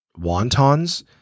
wontons